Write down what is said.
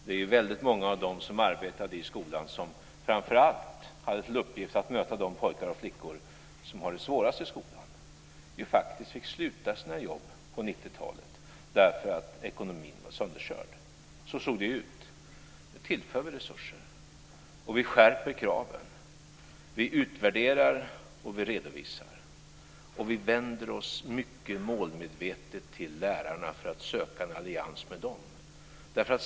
Det var väldigt många av dem som arbetade i skolan som framför allt hade till uppgift att möta de pojkar och flickor som har det svårast i skolan som fick sluta sina jobb på 90-talet därför att ekonomin var sönderkörd. Så såg det ut. Nu tillför vi resurser, och vi skärper kraven. Vi utvärderar, och vi redovisar. Vi vänder oss mycket målmedvetet till lärarna för att söka en allians med dem.